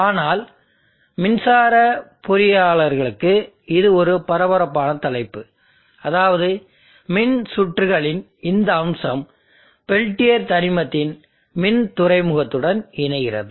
ஆனால் மின்சார பொறியியலாளர்களுக்கு இது ஒரு பரபரப்பான தலைப்பு அதாவது மின் சுற்றுகளின் இந்த அம்சம் பெல்டியர் தனிமத்தின் மின் துறைமுகத்துடன் இணைகிறது